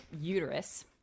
uterus